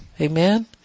Amen